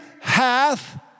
hath